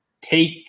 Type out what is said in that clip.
take